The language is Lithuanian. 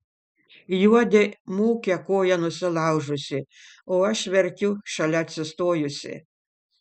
juodė mūkia koją nusilaužusi o aš verkiu šalia atsistojusi